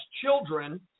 children